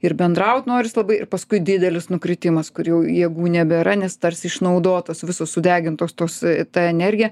ir bendraut noris labai ir paskui didelis nukritimas kur jau jėgų nebėra nes tarsi išnaudotos visos sudegintos tos ta energija